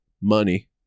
money